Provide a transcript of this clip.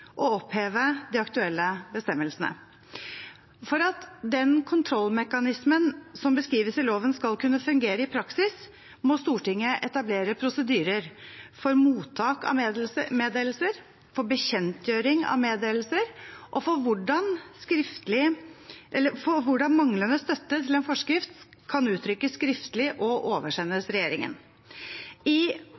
oppheve de aktuelle bestemmelsene. For at den kontrollmekanismen som beskrives i loven, skal kunne fungere i praksis, må Stortinget etablere prosedyrer for mottak av meddelelser, for bekjentgjøring av meddelelser og for hvordan manglende støtte til en forskrift kan uttrykkes skriftlig og oversendes regjeringen. I